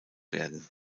werden